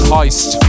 Heist